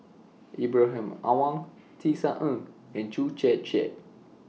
Ibrahim Awang Tisa Ng and Chew Chiat Chiat